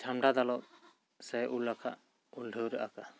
ᱪᱷᱟᱢᱰᱟ ᱫᱟᱞᱚᱵ ᱥᱮ ᱩᱞ ᱟᱠᱟ ᱩᱞ ᱰᱷᱟᱹᱣᱨᱟᱹ ᱟᱠᱟ